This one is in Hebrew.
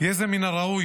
יהיה זה מן הראוי